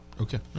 Okay